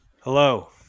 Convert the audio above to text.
Hello